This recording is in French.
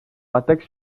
attaque